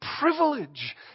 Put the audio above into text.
privilege